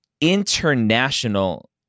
international